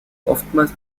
oftmals